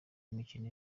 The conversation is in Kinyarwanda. imikino